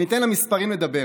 ניתן למספרים לדבר: